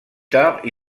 tard